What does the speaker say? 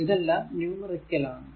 ഇതെല്ലാം ന്യൂമെറിക്കൽ ആണ്